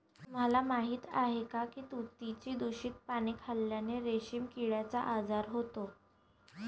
तुम्हाला माहीत आहे का की तुतीची दूषित पाने खाल्ल्याने रेशीम किड्याचा आजार होतो